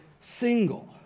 single